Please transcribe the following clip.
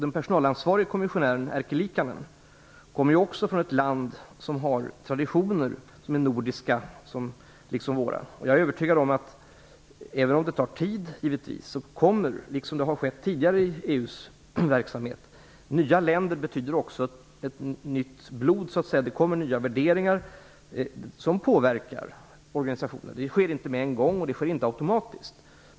Den personalansvarige kommissionären Erkki Liikanen kommer också från ett land som har traditioner som liksom våra är nordiska. Jag är övertygad om att det även om det givetvis tar tid kommer, vilket har skett tidigare i EU:s verksamhet, en förändring. Nya länder betyder nytt blod och nya värderingar som påverkar organisationen. Det sker inte med en gång, och det sker inte automatiskt.